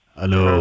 Hello